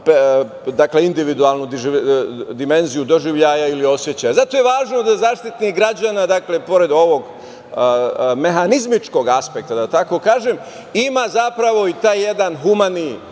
važnu individualnu dimenziju doživljaja ili oseća. Zato je važno da Zaštitnik građana, pored ovog mehanizmičkog aspekta, da tako kaže, ima zapravo i taj jedan humani,